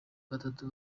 batatu